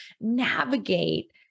navigate